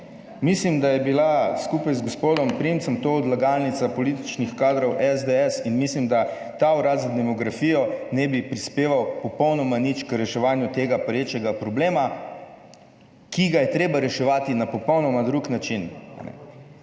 Mislim da, je bila skupaj z gospodom Primcem to odlagalnica političnih kadrov SDS in mislim, da ta Urad za demografijo ne bi prispeval popolnoma nič k reševanju tega perečega problema, ki ga je treba reševati na popolnoma drug način.